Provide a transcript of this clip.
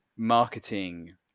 marketing